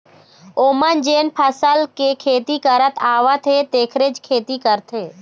ओमन जेन फसल के खेती करत आवत हे तेखरेच खेती करथे